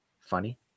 funny